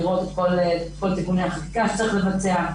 לראות את כל תיקוני החקיקה שצריך לבצע.